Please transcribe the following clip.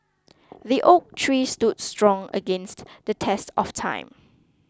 the oak tree stood strong against the test of time